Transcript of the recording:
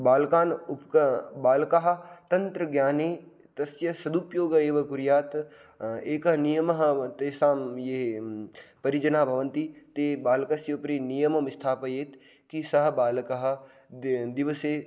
बालकान् उपक् बालकाः तन्त्रज्ञाने तस्य सदुपयोगम् एव कुर्यात् एकः नियमः तेषां ये परिजनाः भवन्ति ते बालकस्य उपरि नियमं स्थापयेत् कि सः बालकः दि दिवसे